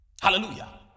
Hallelujah